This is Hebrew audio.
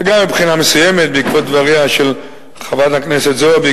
וגם מבחינה מסוימת בעקבות דבריה של חברת הכנסת זועבי,